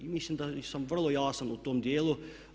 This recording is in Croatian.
I mislim da sam vrlo jasan u tom dijelu.